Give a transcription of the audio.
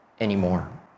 anymore